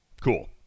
Cool